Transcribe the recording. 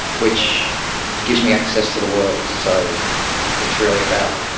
which gives me access to the world, so it's really about